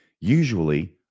usually